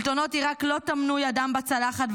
שלטונות עיראק לא טמנו ידם בצלחת,